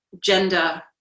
gender